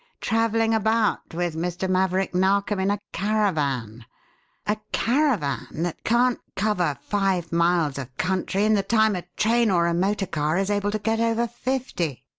travelling about with mr. maverick narkom in a caravan a caravan that can't cover five miles of country in the time a train or a motor car is able to get over fifty!